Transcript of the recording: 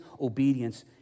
obedience